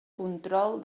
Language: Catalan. control